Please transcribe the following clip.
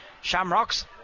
Shamrocks